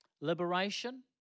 liberation